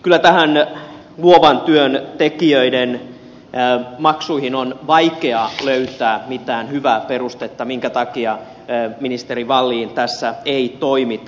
kyllä luovan työn tekijöiden maksujen osalta on vaikea löytää mitään hyvää perustetta minkä takia ministeri wallin tässä ei toimita